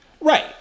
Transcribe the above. Right